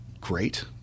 great